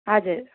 हजुर